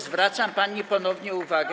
Zwracam pani ponownie uwagę.